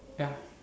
ya